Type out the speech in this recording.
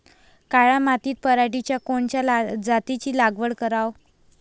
काळ्या मातीत पराटीच्या कोनच्या जातीची लागवड कराव?